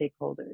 stakeholders